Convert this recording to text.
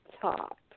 top